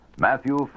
Matthew